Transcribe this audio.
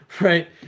right